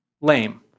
Lame